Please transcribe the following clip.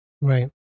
Right